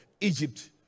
egypt